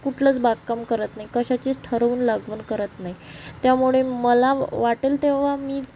कुठलंच बागकाम करत नाही कशाचीच ठरवून लागवण करत नाही त्यामुळे मला वाटेल तेव्हा मी